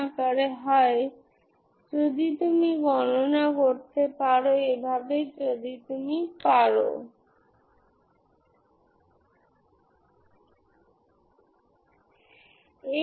আপনি যদি সাইন এর জন্য করেন আপনি একই জিনিস পাবেন